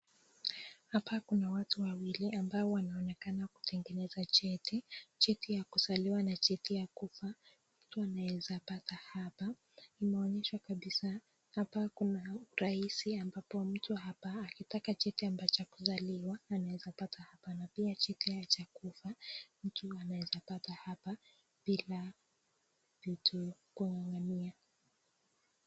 Hapa kuna watu wawili ambao wanaonekana kutengeneza cheti, cheti ya kuzaliwa na cheti ya kufa. watu wanaeza pata hapa, imeonyeshwa kabisaa hapa kuna raisi ambapo mtu hapa akitaka cheti ambacho ya kuzaliwa anaeza pata hapa na pia cheti haya cha kufa mtu anaweza pata hapa bila mtu kung'ang'ania.